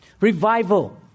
Revival